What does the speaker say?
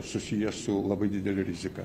susiję su labai didele rizika